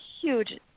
huge